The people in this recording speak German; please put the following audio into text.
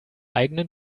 eigenen